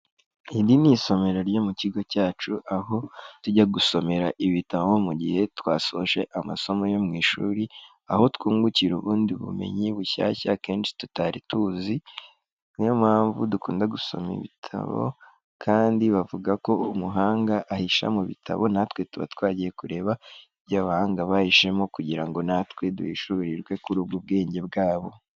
Iri ni isomero ryo mu kigo cyacu, aho tujya gusomera ibitabo mu gihe twasoje amasomo yo mu ishuri, aho twungukira ubundi bumenyi bushyashya akenshi tutari tuzi, niyo mpamvu dukunda gusoma ibitabo kandi bavuga ko umuhanga ahisha mu bitabo natwe tuba twagiye kureba ibyo abahanga bahishemo kugira ngo natwe duhishurirwe kuri ubwo bwenge bwabo.